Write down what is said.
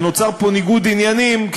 אז נוצר פה ניגוד עניינים,